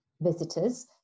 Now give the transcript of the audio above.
visitors